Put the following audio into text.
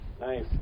Nice